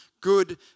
good